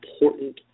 important